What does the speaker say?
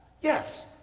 Yes